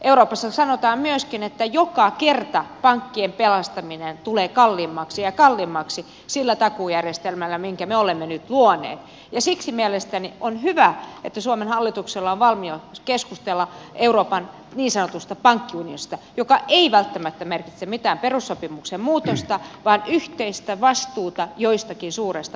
euroopassa sanotaan myöskin että joka kerta pankkien pelastaminen tulee kalliimmaksi ja kalliimmaksi sillä takuujärjestelmällä minkä me olemme nyt luoneet ja siksi mielestäni on hyvä että suomen hallituksella on valmius keskustella euroopan niin sanotusta pankkiunionista joka ei välttämättä merkitse mitään perussopimuksen muutosta vaan yhteistä vastuuta joistakin suurista pankeista